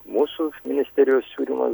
mūsų ministerijos siūlymas